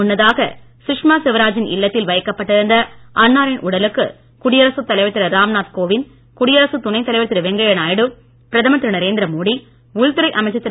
முன்னதாக சுஷ்மா ஸ்வராஜின் இல்லத்தில் வைக்கப்பட்டிருந்த அன்னாரின் உடலுக்கு குடியரசுத் தலைவர் திரு ராம்நாத் கோவிந்த் குடியரசுத் துணைத் தலைவர் திரு வெங்கய்ய நாயுடு பிரதமர் திரு நரேந்திர மோடி உள்துறை அமைச்சர் திரு